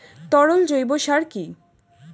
তরল জৈব সার কি?